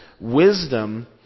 Wisdom